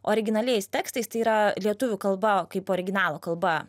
originaliais tekstais tai yra lietuvių kalba kaip originalo kalba